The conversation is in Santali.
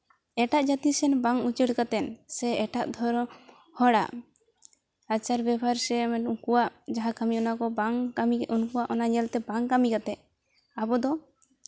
ᱮᱴᱟᱜ ᱡᱟᱹᱛᱤ ᱥᱮᱱ ᱵᱟᱝ ᱩᱪᱟᱹᱲ ᱠᱟᱛᱮ ᱥᱮ ᱮᱴᱟᱜ ᱫᱷᱚᱨᱚᱢ ᱦᱚᱲᱟᱜ ᱟᱪᱟᱨ ᱵᱮᱵᱚᱦᱟᱨ ᱥᱮ ᱩᱱᱠᱩᱣᱟᱜ ᱡᱟᱦᱟᱸ ᱠᱟᱹᱢᱤ ᱚᱱᱟ ᱠᱚ ᱵᱟᱝ ᱠᱟᱹᱢᱤ ᱩᱱᱠᱩᱣᱟᱜ ᱚᱱᱟ ᱧᱮᱞᱛᱮ ᱵᱟᱝ ᱠᱟᱹᱢᱤ ᱠᱟᱛᱮ ᱟᱵᱚ ᱫᱚ